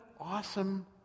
awesome